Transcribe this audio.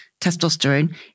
testosterone